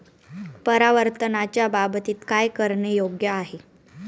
परावर्तनाच्या बाबतीत काय करणे योग्य आहे